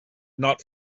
not